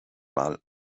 mal